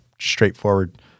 straightforward